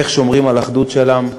איך שומרים על אחדות של עם,